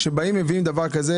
כשמביאים דבר כזה,